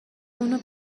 اونو